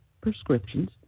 prescriptions